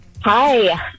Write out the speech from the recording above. Hi